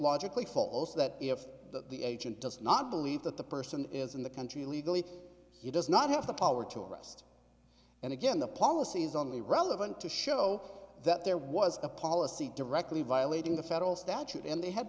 logically follows that if the agent does not believe that the person is in the country illegally he does not have the power to arrest and again the policy is only relevant to show that there was a policy directly violating the federal statute and they had